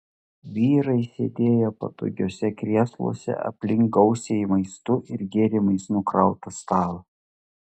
vyrai sėdėjo patogiuose krėsluose aplink gausiai maistu ir gėrimais nukrautą stalą